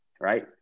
right